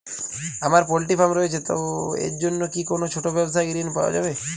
আমার poultry farm রয়েছে তো এর জন্য কি কোনো ছোটো ব্যাবসায়িক ঋণ পাওয়া যাবে?